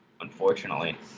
Unfortunately